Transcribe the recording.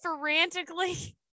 frantically